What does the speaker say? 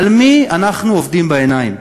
על מי אנחנו עובדים בעיניים?